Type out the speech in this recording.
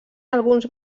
alguns